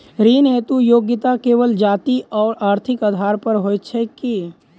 ऋण हेतु योग्यता केवल जाति आओर आर्थिक आधार पर होइत छैक की?